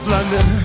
London